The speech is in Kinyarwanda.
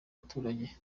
abaturage